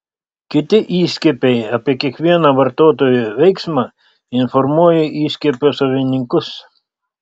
kiti įskiepiai apie kiekvieną vartotojo veiksmą informuoja įskiepio savininkus